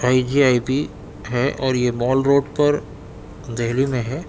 I G I P ہے اور یہ مال روڈ پر دہلی میں ہے